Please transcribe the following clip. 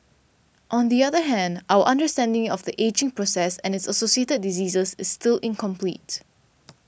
on the other hand our understanding of the ageing process and its associated diseases is still incomplete